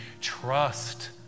trust